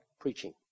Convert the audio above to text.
preaching